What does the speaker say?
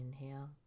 Inhale